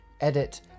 Edit